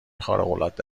خارقالعاده